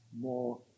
more